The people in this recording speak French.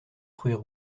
fruits